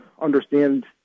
understand